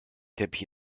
teppich